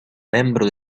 membro